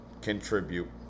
contribute